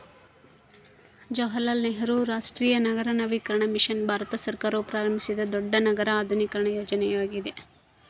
ಜವಾಹರಲಾಲ್ ನೆಹರು ರಾಷ್ಟ್ರೀಯ ನಗರ ನವೀಕರಣ ಮಿಷನ್ ಭಾರತ ಸರ್ಕಾರವು ಪ್ರಾರಂಭಿಸಿದ ದೊಡ್ಡ ನಗರ ಆಧುನೀಕರಣ ಯೋಜನೆಯ್ಯಾಗೆತೆ